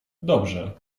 dobrze